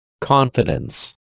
Confidence